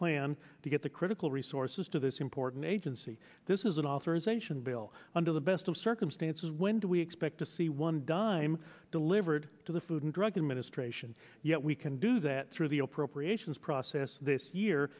plan to get the critical resources to this important agency this is an authorization bill under the best of circumstances when do we expect to see one dime delivered to the food and drug administration yet we can do that through the appropriations process this year